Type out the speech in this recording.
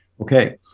Okay